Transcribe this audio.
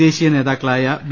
ദേശീയ നേതാക്കളായ ബി